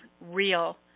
real